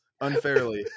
unfairly